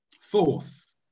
Fourth